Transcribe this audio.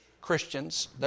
Christians